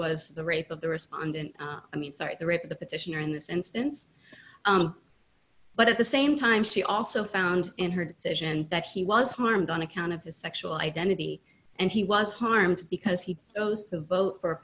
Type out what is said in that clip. was the rape of the respondent i mean sorry the rape the petitioner in this instance but at the same time she also found in her decision that he was harmed on account of his sexual identity and he was harmed because he chose to vote for a